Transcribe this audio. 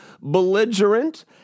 belligerent